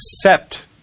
accept